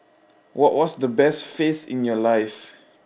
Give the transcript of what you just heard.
what was the best phase in your life